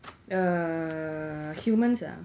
err humans ah